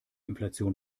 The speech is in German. inflation